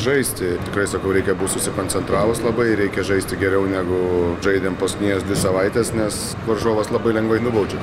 žaisti tikrai sakau reikia būt susikoncentravus labai reikia žaisti geriau negu žaidėm paskutines dvi savaites nes varžovas labai lengvai nubaudžia